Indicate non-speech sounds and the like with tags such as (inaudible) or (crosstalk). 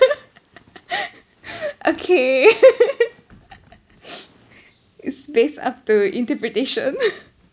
(laughs) okay (laughs) it's base up to interpretation